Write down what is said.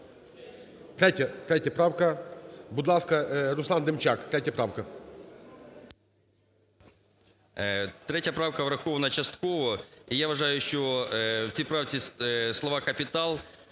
Р.Є. 3 правка врахована частково, і я вважаю, що в цій правці слова "капітал,